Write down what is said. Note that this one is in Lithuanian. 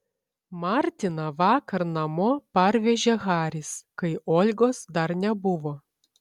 martiną vakar namo parvežė haris kai olgos dar nebuvo